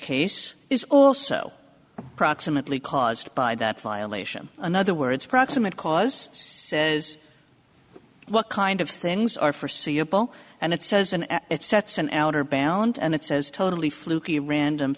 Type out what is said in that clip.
case is also proximately caused by that violation another words proximate cause says what kind of things are forseeable and it says and it sets an outer balance and it says totally flukey random